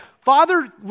Father